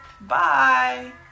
Bye